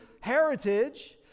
heritage